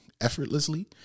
effortlessly